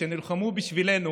שנלחמו בשבילנו,